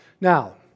Now